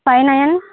five nine